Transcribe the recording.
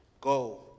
Go